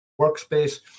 workspace